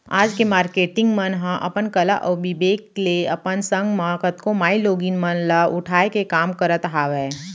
आज के मारकेटिंग मन ह अपन कला अउ बिबेक ले अपन संग म कतको माईलोगिन मन ल उठाय के काम करत हावय